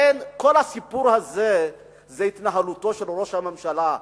לכן כל הסיפור הזה הוא התנהלותו של ראש הממשלה.